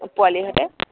পোৱালিৰ সৈতে